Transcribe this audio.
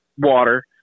water